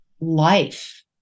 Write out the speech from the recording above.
life